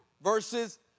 versus